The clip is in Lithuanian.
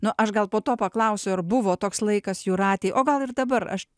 nu aš gal po to paklausiu ar buvo toks laikas jūratei o gal ir dabar aš